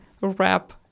wrap